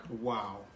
Wow